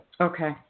Okay